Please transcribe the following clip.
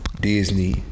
Disney